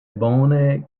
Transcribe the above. bone